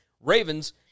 Ravens